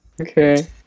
okay